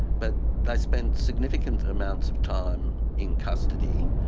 but they spent significant amounts of time in custody.